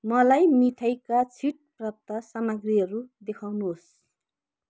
मलाई मिठाईका छुट प्राप्त सामग्रीहरू देखाउनुहोस्